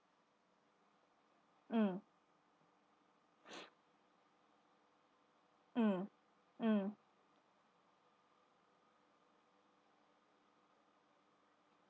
mm mm mm